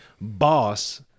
boss